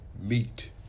meet